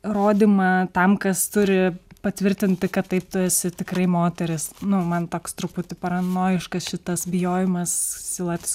rodymą tam kas turi patvirtinti kad taip tu esi tikrai moteris nu man toks truputį paranojiškas šitas bijojimas siluetas